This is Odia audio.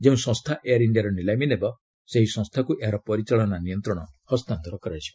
ଯେଉଁ ସଂସ୍ଥା ଏୟାର୍ ଇଣ୍ଡିଆର ନିଲାମୀ ନେବ ସେହି ସଂସ୍ଥାକୁ ଏହାର ପରିଚାଳନା ନିୟନ୍ତ୍ରଣ ହସ୍ତାନ୍ତର କରାଯିବ